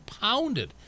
pounded